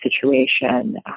situation